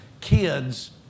kids